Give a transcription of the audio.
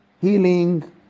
healing